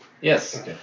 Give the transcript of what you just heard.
Yes